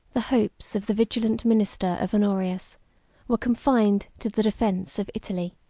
the hopes of the vigilant minister of honorius were confined to the defence of italy.